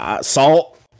Salt